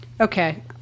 Okay